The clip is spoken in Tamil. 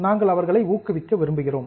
நாங்கள் அவர்களை ஊக்குவிக்க விரும்புகிறோம்